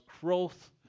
growth